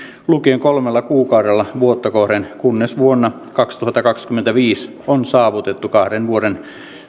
lukien kolmella kuukaudella vuotta kohden kunnes vuonna kaksituhattakaksikymmentäviisi on saavutettu kahden vuoden